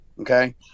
Okay